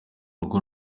rugo